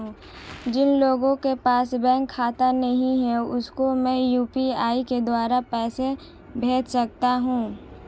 जिन लोगों के पास बैंक खाता नहीं है उसको मैं यू.पी.आई के द्वारा पैसे भेज सकता हूं?